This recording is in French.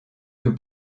que